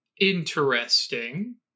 Interesting